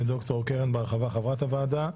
וד"ר קרן בר-חוה חברת הוועדה.